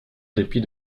dépit